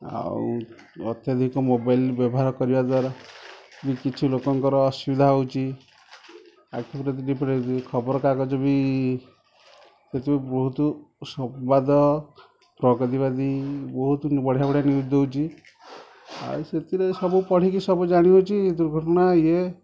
ଆଉ ଅତ୍ୟଧିକ ମୋବାଇଲ୍ ବ୍ୟବହାର କରିବା ଦ୍ୱାରା ବି କିଛି ଲୋକଙ୍କର ଅସୁବିଧା ହେଉଛି ଖବର କାଗଜ ବି ଥିରୁ ବହୁତ ସମ୍ବାଦ ପ୍ରଗତିବାଦୀ ବହୁତ ବଡିଆ ବଡ଼ିଆ ନ୍ୟୁଜ୍ ଦେଉଛି ଆଉ ସେଥିରେ ସବୁ ପଢିକି ସବୁ ଜାଣି ହେଉଛି ଦୁର୍ଘଟଣା ଇଏ